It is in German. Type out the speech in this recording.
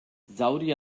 saudi